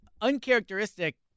uncharacteristic